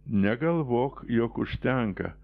negalvok jog užtenka